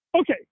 Okay